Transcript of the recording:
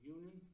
Union